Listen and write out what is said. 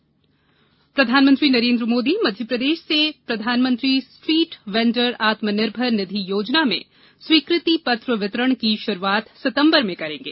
PM Svanidhi प्रधानमंत्री नरेन्द्र मोदी मध्यप्रदेश से प्रघानमंत्री स्ट्रीट वेंडर्स आत्मनिर्भर निधि योजना में स्वीकृति पत्र वितरण की शुरूआत सितम्बर में करेंगे